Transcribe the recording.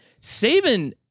Saban